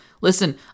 Listen